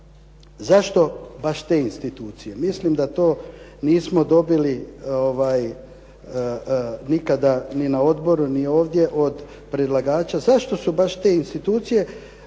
zašto baš te institucije. Mislim da to nismo dobili nikada ni na odboru ni ovdje od predlagača. Zašto su baš te institucije